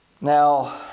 Now